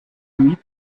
huit